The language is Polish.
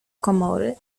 komory